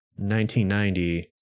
1990